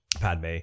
Padme